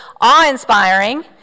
awe-inspiring